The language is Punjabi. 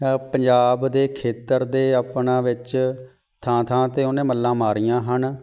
ਪੰਜਾਬ ਦੇ ਖੇਤਰ ਦੇ ਆਪਣਾ ਵਿੱਚ ਥਾਂ ਥਾਂ 'ਤੇ ਉਹਨੇ ਮੱਲਾਂ ਮਾਰੀਆਂ ਹਨ